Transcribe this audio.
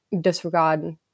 disregard